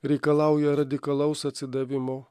reikalauja radikalaus atsidavimo